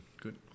Good